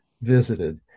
visited